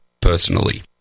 personally